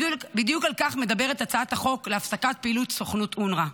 בדיוק על כך מדברת הצעת החוק להפסקת פעילות סוכנות אונר"א.